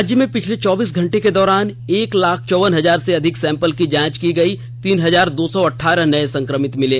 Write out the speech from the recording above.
राज्य में पिछले चौबीस घंटे के दौरान एक लाख चौवन हजार से अधिक सैंपल की जांच की गई तीन हजार दौ सौ अठारह नये संक्रमित मिले